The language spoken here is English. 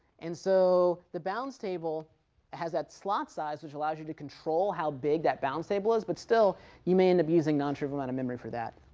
and so the bounds table has that slot size which allows you to control how big that bounds table is, but still you may end up using um sort of and memory for that.